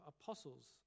apostles